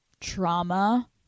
trauma